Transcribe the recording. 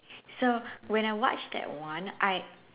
so when I watch that one I